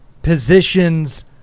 positions